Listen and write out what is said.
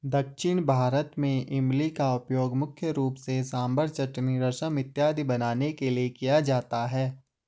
दक्षिण भारत में इमली का उपयोग मुख्य रूप से सांभर चटनी रसम इत्यादि बनाने के लिए किया जाता है